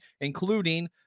including